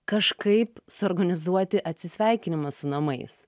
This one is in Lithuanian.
kažkaip suorganizuoti atsisveikinimą su namais